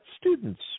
students